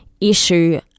issue